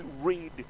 read